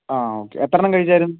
ആ ഓക്കെ എത്ര എണ്ണം കഴിച്ചായിരുന്നു